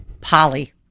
Polly